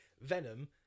Venom